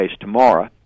tomorrow